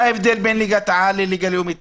מה ההבדל בין ליגת העל לליגה לאומית?